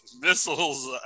missiles